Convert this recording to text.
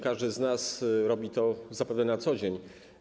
Każdy z nas robi to zapewne na co dzień.